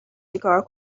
چیکار